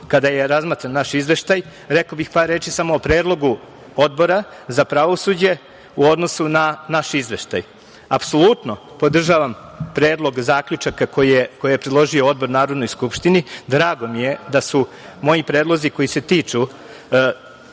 kada je razmatran naš izveštaj, rekao bih par reči samo o predlogu Odbora za pravosuđe u odnosu na naš izveštaj. Apsolutno podržavam predlog zaključaka koji je predložio Odbor Narodnoj skupštini. Drago mi je da su moji predlozi koji se tiču